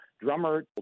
Drummer